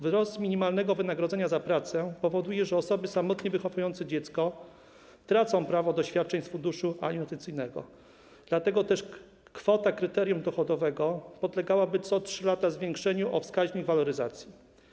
Wzrost minimalnego wynagrodzenia za pracę powoduje, że osoby samotnie wychowujące dziecko tracą prawo do świadczeń z funduszu alimentacyjnego, dlatego też kwota kryterium dochodowego podlegałaby co 3 lata zwiększeniu o wskaźnik waloryzacji.